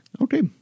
okay